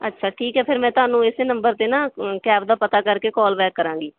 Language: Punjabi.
ਅੱਛਾ ਠੀਕ ਹੈ ਫਿਰ ਮੈਂ ਤੁਹਾਨੂੰ ਇਸੇ ਨੰਬਰ 'ਤੇ ਨਾ ਕੈਬ ਦਾ ਪਤਾ ਕਰਕੇ ਕੋਲ ਬੈਕ ਕਰਾਂਗੀ